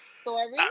story